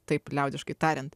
taip liaudiškai tariant